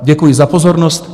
Děkuji za pozornost.